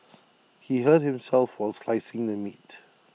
he hurt himself while slicing the meat